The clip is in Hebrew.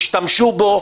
השתמשו בו,